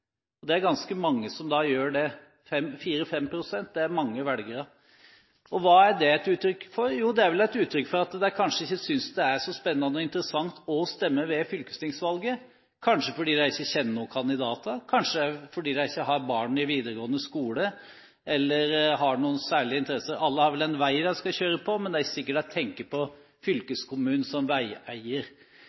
Det er ganske mange som gjør det. 4–5 pst. er mange velgere. Hva er det et uttrykk for? Jo, det er vel et uttrykk for at de ikke synes det er så spennende og interessant å stemme ved fylkestingsvalget – kanskje fordi de ikke kjenner noen kandidater, kanskje fordi de ikke har barn i videregående skole eller har noen særlige interesser. Alle har vel en vei de skal kjøre på, men det er ikke sikkert de tenker på fylkeskommunen som veieier.